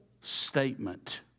statement